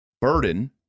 burden